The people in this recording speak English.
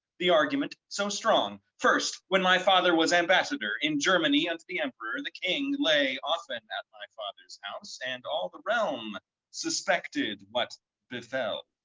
the argument so strong. first when my father was ambassador in germany unto the emperor, the king lay often at my father's house. and all the realm suspected what befell.